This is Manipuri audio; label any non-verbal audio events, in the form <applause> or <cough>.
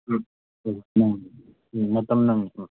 ꯎꯝ <unintelligible> ꯅꯪꯅꯤ ꯎꯝ ꯃꯇꯝ ꯅꯪꯅꯤ